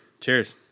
cheers